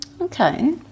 Okay